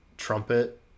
trumpet